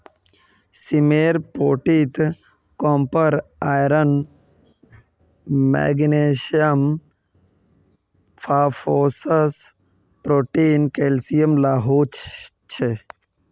सीमेर पोटीत copper, iron, magnesium, phosphorus, protein, calcium ला हो छे